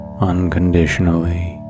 unconditionally